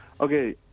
Okay